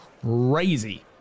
crazy